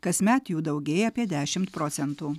kasmet jų daugėja apie dešimt procentų